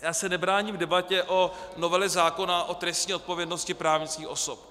Já se nebráním debatě o novele zákona o trestní odpovědnosti právnických osob.